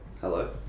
Hello